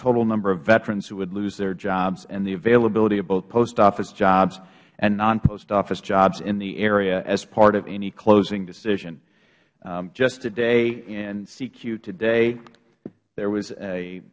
total number of veterans who would lose their jobs and the availability of both post office jobs and non post office jobs in the area as part of any closing decision just today in cq today there was